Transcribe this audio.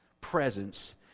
presence